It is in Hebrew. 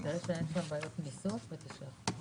יש עכשיו שיח בין שירות בתי הסוהר למשרד הבריאות בנושא